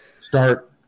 Start